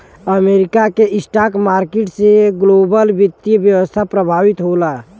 America के stock market से global वित्तीय व्यवस्था प्रभावित होला